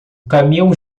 caminham